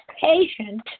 patient